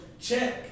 check